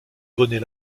bonnet